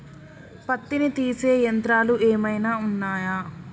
పత్తిని తీసే యంత్రాలు ఏమైనా ఉన్నయా?